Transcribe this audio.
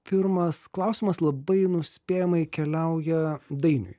pirmas klausimas labai nuspėjamai keliauja dainiui